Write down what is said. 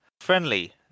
friendly